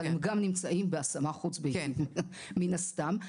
אבל הם גם נמצאים בהשמה חוץ-ביתית מן הסתם.